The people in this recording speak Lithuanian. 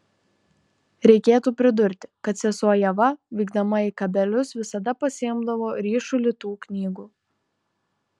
reikėtų pridurti kad sesuo ieva vykdama į kabelius visada pasiimdavo ryšulį tų knygų